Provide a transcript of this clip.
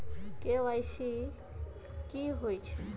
KYC कि होई छई?